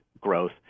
growth